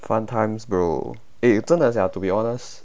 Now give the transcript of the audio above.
fun times bro eh 真的 sia to be honest